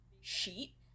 sheet